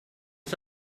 ist